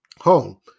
home